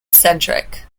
centric